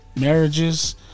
marriages